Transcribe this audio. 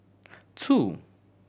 two